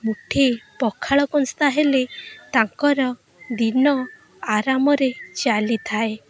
ମୁଠେ ପଖାଳ କଂସା ହେଲେ ତାଙ୍କର ଦିନ ଆରାମରେ ଚାଲିଥାଏ